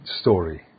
story